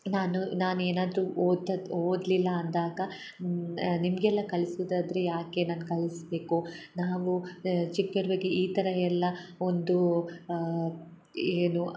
ನಾನು ನಾನು ಏನಾದರು ಓದದ್ದು ಓದ್ಲಿಲ್ಲ ಅಂದಾಗ ನಿಮಗೆಲ್ಲ ಕಲ್ಸುದಾದರೆ ಯಾಕೆ ನಾನು ಕಲ್ಸ್ಬೇಕು ನಾವು ಚಿಕ್ಕ ಇರುವಾಗ ಈ ಥರ ಎಲ್ಲ ಒಂದು ಏನು